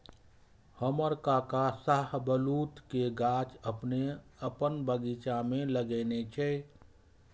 हमर काका शाहबलूत के गाछ अपन बगीचा मे लगेने छै